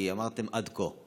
כי אמרתם "עד כה".